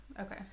Okay